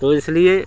तो इसलिए